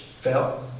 felt